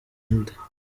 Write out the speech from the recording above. nde